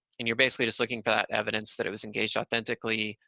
and you're basically just looking for that evidence that it was engaged authentically,